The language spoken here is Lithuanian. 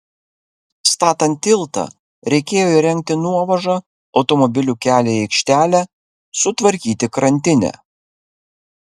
statant tiltą reikėjo įrengti nuovažą automobilių kelią į aikštelę sutvarkyti krantinę